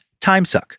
timesuck